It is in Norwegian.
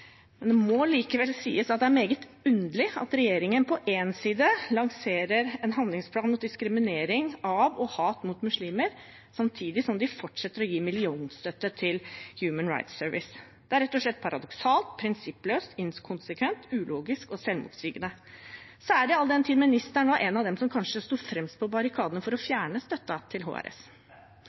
Det må likevel sies at det er meget underlig at regjeringen lanserer en handlingsplan mot diskriminering av og hat mot muslimer samtidig som de fortsetter å gi millionstøtte til Human Rights Service. Det er rett og slett paradoksalt, prinsippløst, inkonsekvent, ulogisk og selvmotsigende, særlig all den tid ministeren var en av dem som kanskje sto fremst på barrikadene for å fjerne støtten til HRS.